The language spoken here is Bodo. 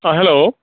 अ हेल्ल'